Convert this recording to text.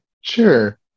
sure